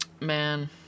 man